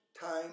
time